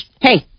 hey